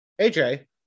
AJ